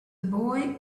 boy